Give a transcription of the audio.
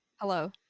hello